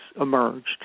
emerged